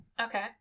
Okay